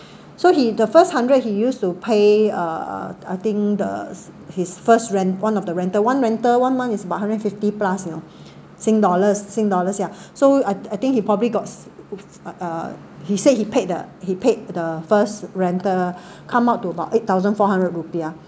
so he the first hundred he used to pay uh uh I think the his first rent one of the rental one rental one month is about hundred and fifty plus you know sing dollars sing dollars yeah so I I think he probably got uh (uh)he said he paid the he paid the first rental come out to about eight thousand four hundred rupee ah